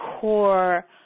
core